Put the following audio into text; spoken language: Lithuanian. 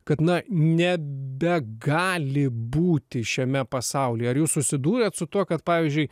kad na nebegali būti šiame pasaulyje ar jūs susidūrėt su tuo kad pavyzdžiui